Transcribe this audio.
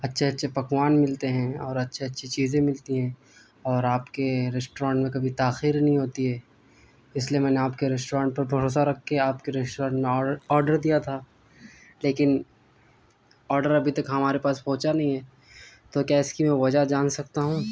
اچھے اچھے پکوان ملتے ہیں اور اچھی اچھی چیزیں ملتی ہیں اور آپ کے ریسٹورنٹ میں کبھی تاخیر نہیں ہوتی ہے اس لیے میں نے آپ کے ریسٹورنٹ پر بھروسہ رکھ کے آپ کے ریسٹورنٹ میں آڈر دیا تھا لیکن آڈر ابھی تک ہمارے پاس پہنچا نہیں ہے تو کیا اس کی میں وجہ جان سکتا ہوں